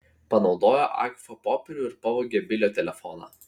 panaudojo agfa popierių ir pavogė bilio telefoną